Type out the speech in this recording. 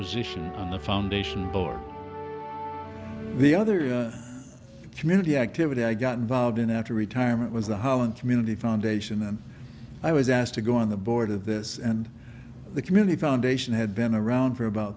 position on the foundation for the other community activity i got involved in after retirement was the holland community foundation and i was asked to go on the board of this and the community foundation had been around for about